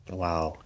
wow